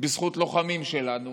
בזכות לוחמים שלנו,